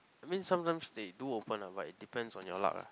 I mean sometimes they do open ah but it depends on your luck ah